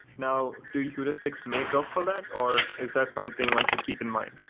now, do heuristics make up for that or is that something one should keep in mind?